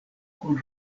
kun